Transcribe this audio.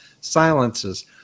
silences